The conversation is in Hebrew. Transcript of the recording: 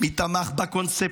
מי תמך בקונספציה,